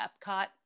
Epcot